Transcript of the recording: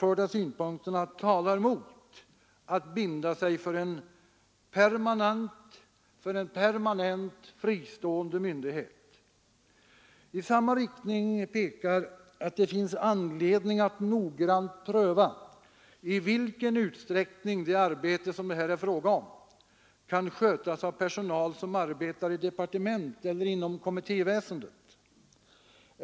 Dessa synpunkter talar mot att binda sig för en permanent, fristående myndighet. Det finns också anledning att noggrant pröva i vilken utsträckning det arbete som det här är fråga om kan skötas av personal som arbetar i departement eller inom kommittéväsendet.